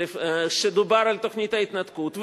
כשדובר על תוכנית ההתנתקות,